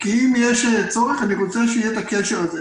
כי אם יש צורך אני רוצה שיהיה את הקשר הזה.